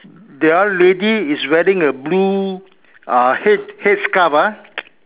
the other lady is wearing a blue uh head head scarf ah